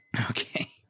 Okay